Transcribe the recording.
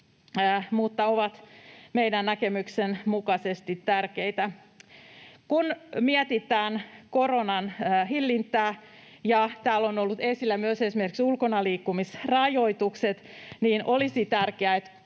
mutta ovat meidän näkemyksemme mukaan tärkeitä. Kun mietitään koronan hillintää ja kun täällä ovat olleet esillä myös esimerkiksi ulkonaliikkumisrajoitukset, niin olisi tärkeää,